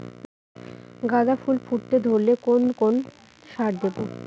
গাদা ফুল ফুটতে ধরলে কোন কোন সার দেব?